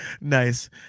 Nice